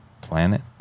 planet